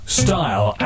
style